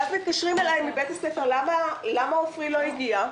ואז מתקשרים אליי מבית הספר ושואלים למה הבן שלי לא הגיע.